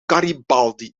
garibaldi